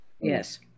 Yes